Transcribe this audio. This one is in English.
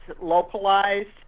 localized